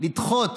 לדחות